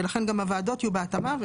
ולכן גם הוועדות יהיו בהתאמה.